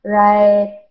right